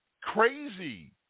crazy